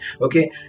okay